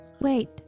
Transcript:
Wait